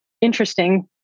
interesting